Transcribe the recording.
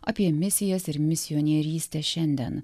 apie misijas ir misionierystę šiandien